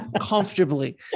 comfortably